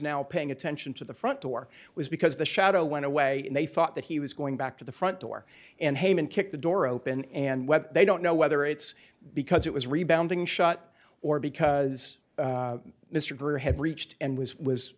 now paying attention to the front door was because the shadow went away and they thought that he was going back to the front door and heyman kicked the door open and when they don't know whether it's because it was rebounding shot or because mr greer had breached and was was